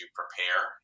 prepare